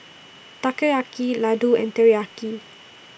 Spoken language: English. Takoyaki Ladoo and Teriyaki